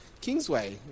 Kingsway